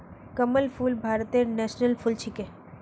कमल फूल भारतेर नेशनल फुल छिके